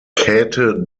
käthe